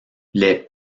les